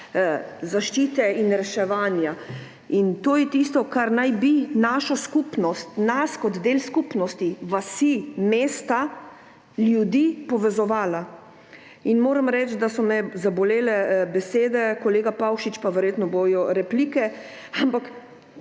zaščite in reševanja. To je tisto, kar naj bi našo skupnost, nas kot del skupnosti, vasi, mesta, ljudi povezovalo. Moram reči, da so me zabolele besede, kolega Pavšič, pa verjetno bodo replike. Vi